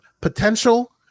Potential